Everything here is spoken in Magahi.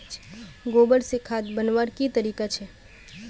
गोबर से खाद बनवार की तरीका छे?